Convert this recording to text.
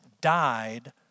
died